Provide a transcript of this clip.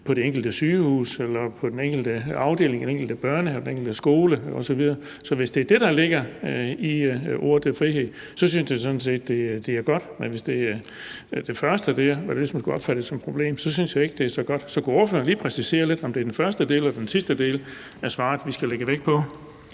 på det enkelte sygehus eller på den enkelte afdeling, i den enkelte børnehave, på den enkelte skole osv. Så hvis det er det, der ligger i ordet frihed, så synes jeg sådan set, det er godt; men hvis det er det første, der ligesom kunne opfattes som et problem, så synes jeg ikke det er så godt. Så kunne ordføreren lige præcisere, om det er den første del eller den sidste del af svaret, vi skal lægge vægt på?